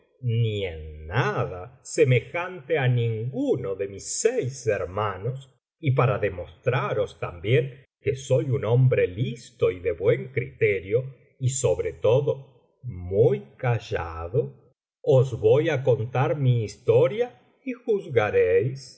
en nada semejante á ninguno de mis seis hermanos y para demostraros también que soy un hombre listo y de buen criterio y sobre todo muy callado os voy á contar mi historia y juzgaréis